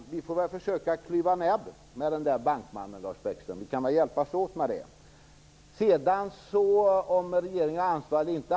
Vi få väl försöka klyva näbb med den där bankmannen, Lars Bäckström. Vi kan väl hjälpas åt med det. Sedan undrar Lars Bäckström om regeringen har ansvar eller inte.